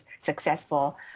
successful